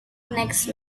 next